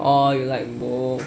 oh you like both